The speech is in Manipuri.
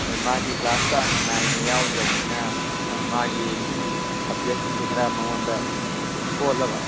ꯑꯗꯨ ꯃꯥꯁꯤ ꯀ꯭ꯂꯥꯁ ꯆꯥꯡ ꯅꯥꯏꯅ ꯌꯥꯎꯗ꯭ꯔꯕꯅꯤꯅ ꯃꯥꯒꯤ ꯁꯕꯖꯦꯛꯁꯤꯡꯁꯤ ꯃꯉꯣꯟꯗ ꯁꯣꯜꯂꯕ